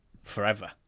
forever